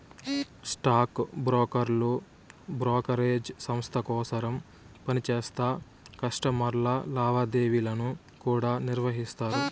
stock బ్రోకర్లు brokerage సంస్త కోసరం పనిచేస్తా కస్టమర్ల లావాదేవీలను కూడా నిర్వహిస్తారు